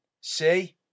See